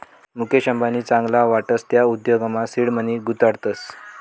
मुकेश अंबानी चांगला वाटस त्या उद्योगमा सीड मनी गुताडतस